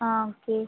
ஆ okay